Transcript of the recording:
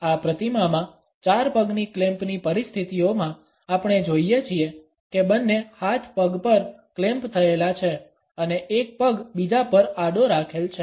આ પ્રતિમામાં ચાર પગની ક્લેમ્પ ની પરિસ્થિતિઓમાં આપણે જોઈએ છીએ કે બંને હાથ પગ પર ક્લેમ્પ થયેલા છે અને એક પગ બીજા પર આડો રાખેલ છે